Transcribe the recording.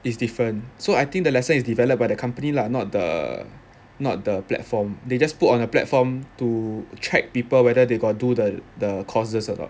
is different so I think the lesson is developed by the company lah not the not the platform they just put on a platform to track people whether they got do the the courses or not